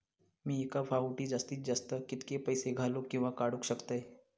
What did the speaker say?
मी एका फाउटी जास्तीत जास्त कितके पैसे घालूक किवा काडूक शकतय?